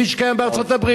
כפי שקיים בארצות-הברית.